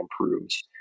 improves